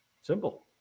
Simple